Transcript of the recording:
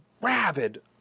rabid